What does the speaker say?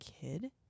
kid